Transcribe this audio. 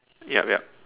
ya ya